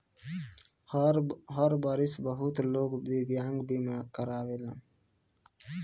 हर बारिस बहुत लोग दिव्यांग बीमा करावेलन